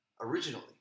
originally